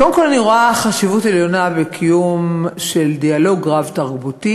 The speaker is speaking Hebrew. קודם כול אני רואה חשיבות עליונה בקיום דיאלוג רב-תרבותי,